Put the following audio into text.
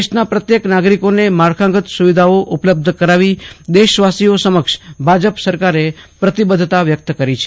દેશના પ્રત્યેક નાગરિકોને માળખાગત સુવિધાઓ ઉપલબ્ધ કરાવી દેશવાસીઓ સમક્ષ ભાજપ સરકારે પ્રતિબધ્ધતા વ્યક્ત કરી છે